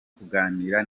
kuganira